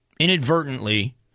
inadvertently